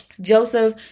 Joseph